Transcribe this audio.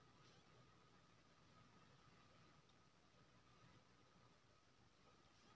cocoa सँ coffee बनेबाक लेल बीया पर किण्वन केर प्रक्रिया कएल जाइ छै